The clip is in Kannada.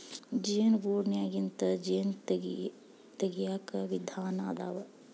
ಜೇನು ಗೂಡನ್ಯಾಗಿಂದ ಜೇನ ತಗಿಯಾಕ ವಿಧಾನಾ ಅದಾವ